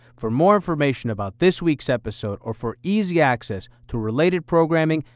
for more information about this week's episode, or for easy access to related programming,